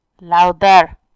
louder